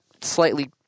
slightly